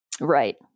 Right